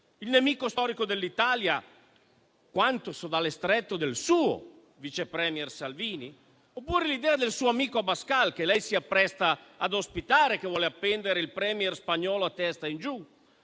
nemico storico dell'Italia quanto sodale stretto del suo vice premier Salvini, oppure l'idea del suo amico Abascal, che lei si appresta ad ospitare, che vuole appendere il *Premier* spagnolo a testa in giù?